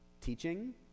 teaching